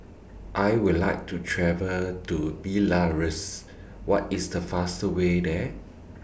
I Would like to travel to Belarus What IS The fastest Way There